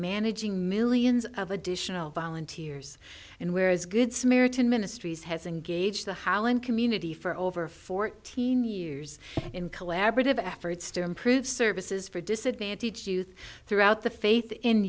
managing millions of additional volunteers and whereas good samaritan ministries has engaged the hauen community for over fourteen years in collaborative efforts to improve services for disadvantaged youth throughout the faith in